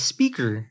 Speaker